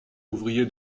ouvrier